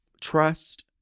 trust